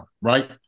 right